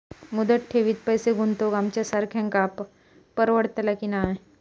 मुदत ठेवीत पैसे गुंतवक आमच्यासारख्यांका परवडतला की नाय?